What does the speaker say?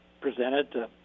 presented